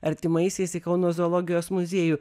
artimaisiais į kauno zoologijos muziejų